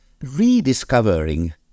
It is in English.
rediscovering